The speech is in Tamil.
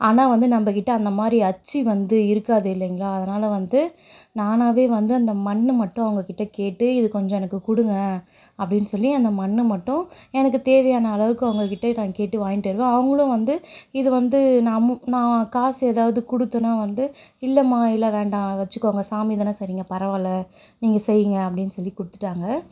ஆனால் வந்து நம்மகிட்ட அந்தமாதிரி அச்சு வந்து இருக்காது இல்லைங்களா அதனால் வந்து நானாகவே வந்து அந்த மண் மட்டும் அவங்ககிட்ட கேட்டு இது கொஞ்சம் எனக்கு கொடுங்க அப்படின்னு சொல்லி அந்த மண் மட்டும் எனக்கு தேவையான அளவுக்கு அவங்ககிட்ட நான் கேட்டு வாங்கிட்டு வருவேன் அவங்களும் வந்து இது வந்து நான் அமௌ நா காசு ஏதாவது கொடுத்தன்னா வந்து இல்லைம்மா இல்லை வேண்டாம் வச்சுக்கோங்க சாமி தானே செய்யிறீங்க பரவாயில்ல நீங்கள் செய்யுங்கள் அப்படின்னு சொல்லி கொடுத்துட்டாங்க